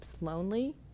lonely